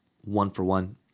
one-for-one